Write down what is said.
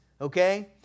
Okay